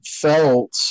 felt